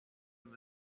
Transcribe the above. mgr